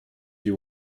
you